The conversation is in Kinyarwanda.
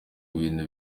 bintu